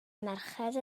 mercher